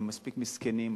הם מספיק מסכנים,